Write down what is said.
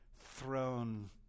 throne